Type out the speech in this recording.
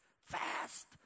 fast